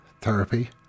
Therapy